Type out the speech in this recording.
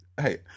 hey